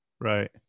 Right